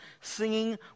singing